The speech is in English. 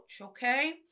okay